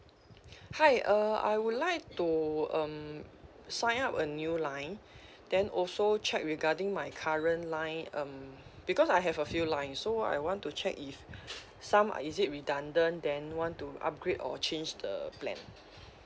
hi uh I would like to um sign up a new line then also check regarding my current line um because I have a few line so I want to check if some uh is it redundant then want to upgrade or change the plan